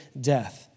death